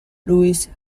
lewis